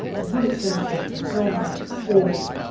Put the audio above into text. to put it simply, the film is awful.